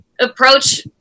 approach